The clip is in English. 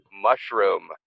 mushroom